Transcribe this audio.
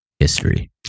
history